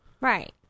Right